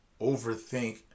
overthink